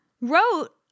wrote